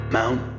Mount